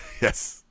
Yes